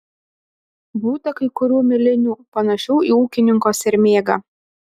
būta kai kurių milinių panašių į ūkininko sermėgą